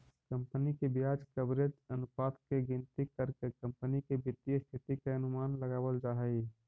company के ब्याज coverage अनुपात के गिनती करके कंपनी के वित्तीय स्थिति के अनुमान लगावल जा हई